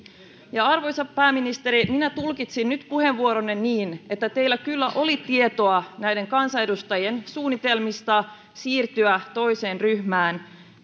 eivät arvoisa pääministeri minä tulkitsin nyt puheenvuoronne niin että teillä kyllä oli tietoa näiden kansanedustajien suunnitelmista siirtyä toiseen ryhmään